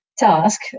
task